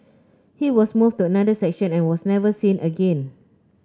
he was moved to another section and was never seen again